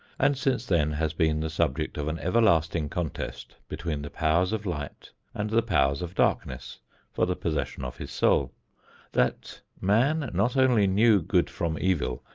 and since then has been the subject of an everlasting contest between the powers of light and the powers of darkness for the possession of his soul that man not only knew good from evil,